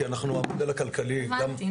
כי המודל הכלכלי הוא --- הבנתי,